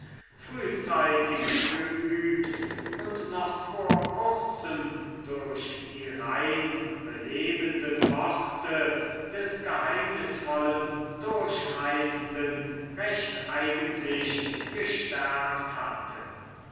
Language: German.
frühzeitig geübt und noch vor kurzem durch die rein belebenden worte des geheimnisvollen durchreisenden recht eigentlich gestärkt hatte